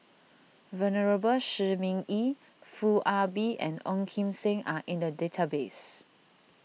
Venerable Shi Ming Yi Foo Ah Bee and Ong Kim Seng are in the database